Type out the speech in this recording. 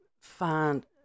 find